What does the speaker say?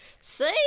see